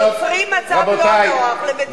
יוצרים מצב לא נוח למדינת ישראל.